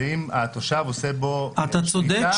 זה אם לתושב יש בו שליטה,